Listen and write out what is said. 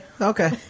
okay